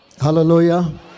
Hallelujah